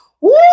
Woo